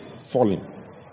falling